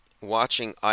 watching